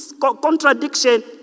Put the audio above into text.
contradiction